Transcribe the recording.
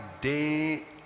day